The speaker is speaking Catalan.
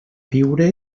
viure